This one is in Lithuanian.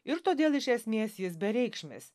ir todėl iš esmės jis bereikšmis